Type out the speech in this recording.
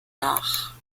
nach